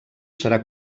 serà